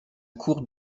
cours